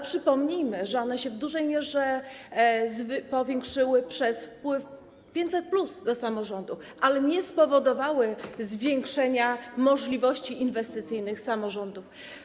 Przypomnijmy jednak, że one się w dużej mierze powiększyły przez wpływ 500+ do samorządów, ale nie spowodowały zwiększenia możliwości inwestycyjnych samorządów.